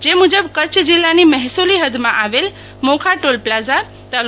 જે મુજબ કચ્છ જિલ્લાની મહેસુલી હૃદમાં આવેલ મોખા ટોલ પ્લાઝા તા